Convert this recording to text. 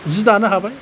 जि दानो हाबाय